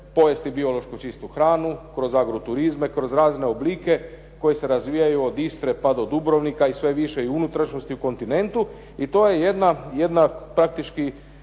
pojesti biološki čistu hranu kroz agro turizme, kroz razne oblike koji se razvijaju od Istre pa do Dubrovnika i sve više i u unutrašnjosti u kontinentu i to je jedna praktički